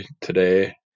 today